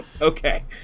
Okay